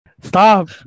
Stop